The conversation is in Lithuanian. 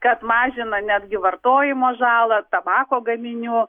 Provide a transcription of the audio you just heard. kad mažina netgi vartojimo žalą tabako gaminių